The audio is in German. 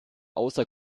außer